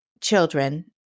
children